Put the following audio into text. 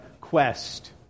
quest